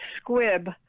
squib